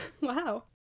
Wow